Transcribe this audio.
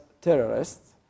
terrorists